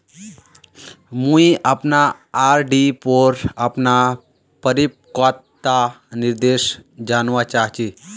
मुई अपना आर.डी पोर अपना परिपक्वता निर्देश जानवा चहची